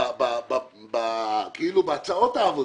בהצעות העבודה.